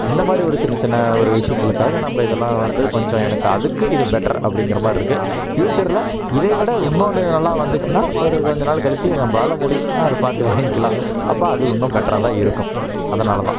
இந்த மாதிரி ஒரு சின்னச்சின்ன ஒரு விஷயங்களுக்காக நம்ம இதெல்லாம் வந்து கொஞ்சம் எனக்கு அதுக்கு இது பெட்டர் அப்படிங்குற மாதிரி இருக்குது ஃப்யூச்சரில் இதைவிட இன்னொன்னு நல்லா வந்துச்சுன்னா ஒரு கொஞ்சம் நாள் கழித்து நம்மளால முடிச்சுன்னா அதை பார்த்து வாங்கிக்கலாம் அப்போ அது இன்னும் பெட்ராகதான் இருக்கும் அதனாலதான்